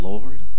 Lord